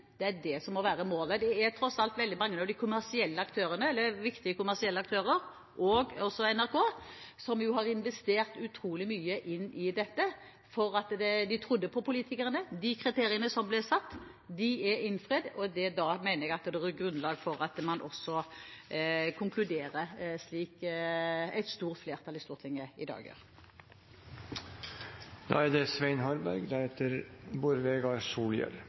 innfridd, er det som må være målet. Det er tross alt veldig mange av de kommersielle aktørene – viktige kommersielle aktører, også NRK – som har investert utrolig mye i dette fordi de trodde på politikerne. De kriteriene som ble satt, er innfridd, og da mener jeg det er grunnlag for at man også konkluderer slik et stort flertall i Stortinget i dag gjør. Svein Harberg har hatt ordet to ganger tidligere og får ordet til en kort merknad, begrenset til 1 minutt. I vår digitale verden er det